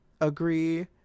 agree